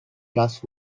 trust